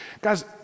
Guys